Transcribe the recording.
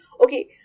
okay